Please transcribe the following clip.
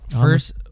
first